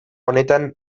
honetan